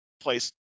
place